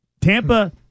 Tampa